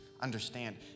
understand